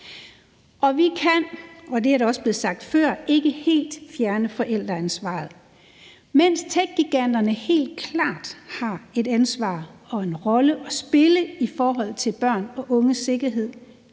Vi kan, og det er også blevet sagt før, ikke helt fjerne forældreansvaret. Mens techgiganterne helt klart har et ansvar og en rolle at spille i forhold til børn og unge sikkerhed,